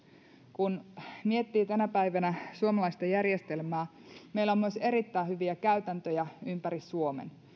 kun miettii tänä päivänä suomalaista järjestelmää meillä on myös erittäin hyviä käytäntöjä ympäri suomen